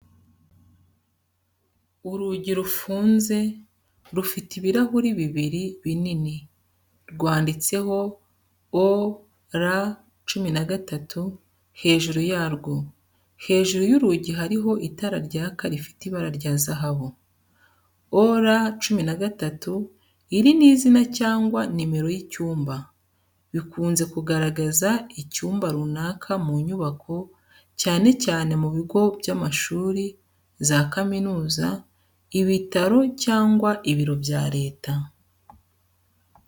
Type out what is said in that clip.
Urugi rufunze, rufite ibirahuri bibiri binini, rwanditseho "0R13" hejuru yarwo, hejuru y’urugi hariho itara ryaka rifite ibara rya zahabu. 0R13, iri ni izina cyangwa nimero y’icyumba. Bikunze kugaragaza icyumba runaka mu nyubako, cyane cyane mu bigo by’amashuri, za kaminuza, ibitaro cyangwa ibiro bya leta.